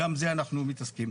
גם זה אנחנו מתעסקים.